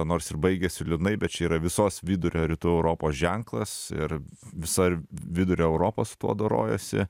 nors ir baigėsi liūdnai bet čia yra visos vidurio rytų europos ženklas ir visa vidurio europa su tuo dorojasi